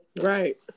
Right